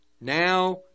now